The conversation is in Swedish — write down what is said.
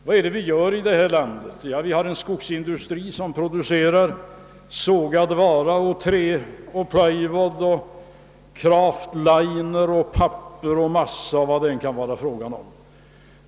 Vad är det vi gör i detta land? Vi har en skogsindustri som producerar sågad vara, trä, plywood, craft liner, papper, massa o.s.v.